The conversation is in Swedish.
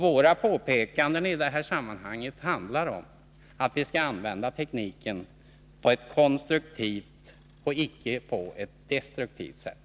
Våra påpekanden i detta sammanhang handlar om att vi skall använda tekniken på ett konstruktivt och icke på ett destruktivt sätt.